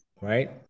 right